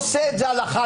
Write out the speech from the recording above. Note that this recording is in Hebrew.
די עידן.